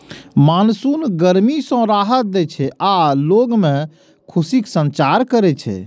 monsoon गर्मी सं राहत दै छै आ लोग मे खुशीक संचार करै छै